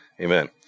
amen